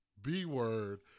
B-word